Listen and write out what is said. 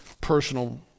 personal